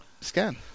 scan